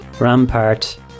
rampart